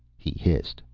he hissed,